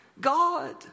God